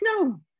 no